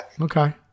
Okay